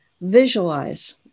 visualize